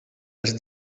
els